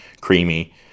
creamy